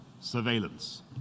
surveillance